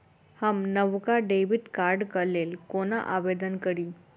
हम नवका डेबिट कार्डक लेल कोना आवेदन करी?